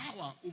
power